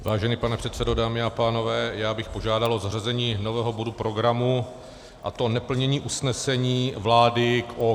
Vážený pane předsedo, dámy a pánové, já bych požádal o zařazení nového bodu programu, a to Neplnění usnesení vlády k OKD.